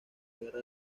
guerra